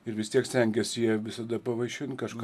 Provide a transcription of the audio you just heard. ir vis tiek stengiasi jie visada pavaišint kažką